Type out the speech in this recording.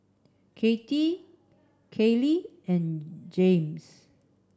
Katie Kalie and Jaymes